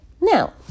Now